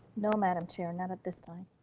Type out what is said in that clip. no, madam chair, none at this time.